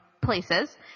places